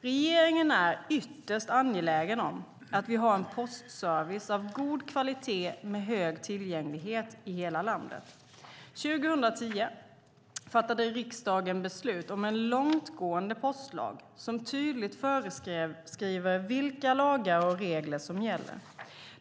Regeringen är ytterst angelägen om att vi har en postservice av god kvalitet med hög tillgänglighet i hela landet. År 2010 fattade riksdagen beslut om en långtgående postlag som tydligt föreskriver vilka lagar och regler som gäller.